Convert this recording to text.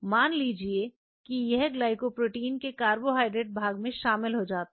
मान लीजिए कि यह ग्लाइकोप्रोटीन के कार्बोहाइड्रेट भाग में शामिल हो जाता है